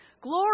Glory